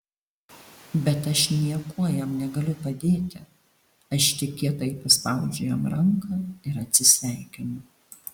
bet aš niekuo jam negaliu padėti aš tik kietai paspaudžiu jam ranką ir atsisveikinu